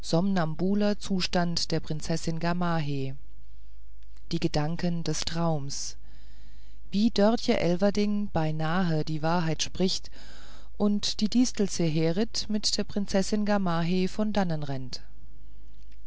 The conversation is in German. zustand der prinzessin gamaheh die gedanken des traums wie dörtje elverdink beinahe die wahrheit spricht und die distel zeherit mit der prinzessin gamaheh von dannen rennt